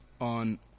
on